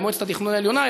למועצת התכנון העליונה,